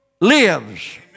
lives